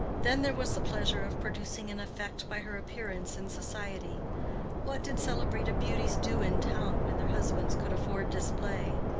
then there was the pleasure of producing an effect by her appearance in society what did celebrated beauties do in town when their husbands could afford display?